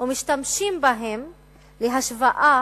ומשתמשים בהם להשוואה